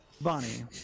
Bonnie